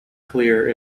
clear